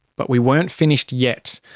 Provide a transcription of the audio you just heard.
but we weren't finished yet.